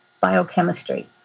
biochemistry